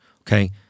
Okay